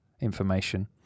information